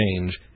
change